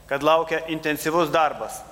kad laukia intensyvus darbas